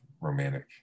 romantic